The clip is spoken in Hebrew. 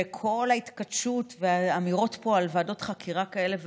וכל ההתכתשות והאמירות פה על ועדות חקירה כאלה ואחרות,